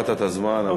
כבר עברת, עברת את הזמן.